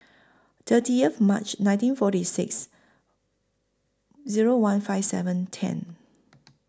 thirtieth March nineteen forty six Zero one five seven ten